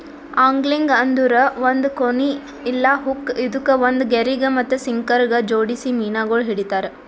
angling ಅಂದುರ್ ಒಂದ್ ಕೋನಿ ಇಲ್ಲಾ ಹುಕ್ ಇದುಕ್ ಒಂದ್ ಗೆರಿಗ್ ಮತ್ತ ಸಿಂಕರಗ್ ಜೋಡಿಸಿ ಮೀನಗೊಳ್ ಹಿಡಿತಾರ್